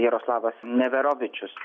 jaroslavas neverovičius